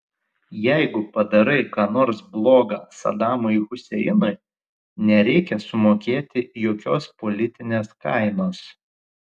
jeigu padarai ką nors bloga sadamui huseinui nereikia sumokėti jokios politinės kainos